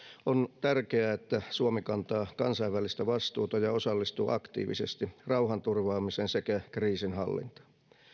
on tärkeää että suomi kantaa kansainvälistä vastuuta ja osallistuu aktiivisesti rauhanturvaamiseen sekä kriisinhallintaan